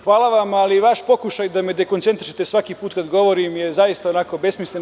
Hvala vam, ali vaš pokušaj da me dekoncentrišete svaki put kada govorim je zaista besmislen.